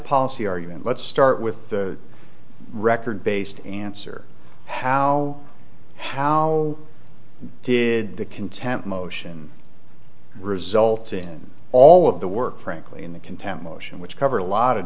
policy argument let's start with the record based answer how how did the content motion result in all of the work frankly in the content motion which covered a lot of